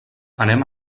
anem